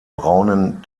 braunen